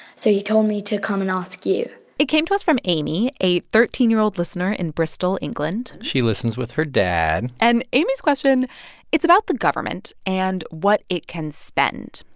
so he told me to come and ask you it came to us from amy, a thirteen year old listener in bristol, england she listens with her dad and amy's question it's about the government and what it can spend.